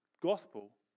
gospel